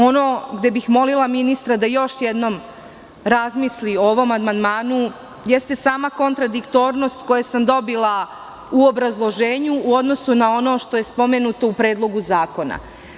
Ono gde bih molila ministra da još jednom razmisli o ovom amandmanu jeste sama kontradiktornost koju sam dobila u obrazloženju, u odnosu na ono što je spomenuto u Predlogu zakona.